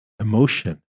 emotion